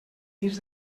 dins